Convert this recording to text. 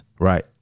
right